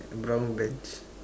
brown bench